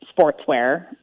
sportswear